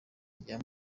rya